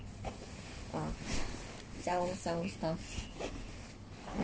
!wow! sell some stuff